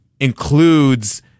includes